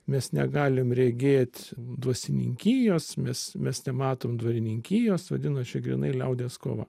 mes negalim regėt dvasininkijos mes mes nematom dvarininkijos vadinas čia grynai liaudies kova